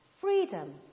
Freedom